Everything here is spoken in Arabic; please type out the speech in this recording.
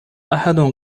أحد